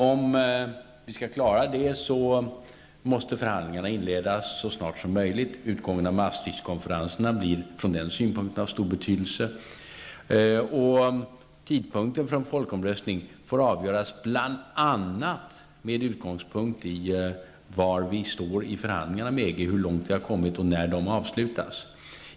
Om vi skall kunna klara detta måste förhandlingarna inledas så snart som möjligt. Utgången av Maastricht-konferenserna blir från den synpunkten av stor betydelse. Tidpunkten för en folkomröstning får avgöras bl.a. med utgångspunkt i hur långt vi har kommit i förhandlingarna med EG och när de avslutas.